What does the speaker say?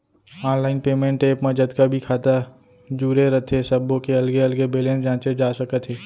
online payment app म जतका भी खाता जुरे रथे सब्बो के अलगे अलगे बेलेंस जांचे जा सकत हे